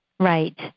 Right